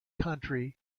country